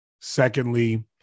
Secondly